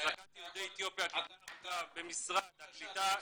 החזקת יהודי אתיופיה כבני ערובה במשרד הקליטה הסתיימה.